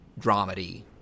dramedy